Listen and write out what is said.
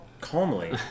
Calmly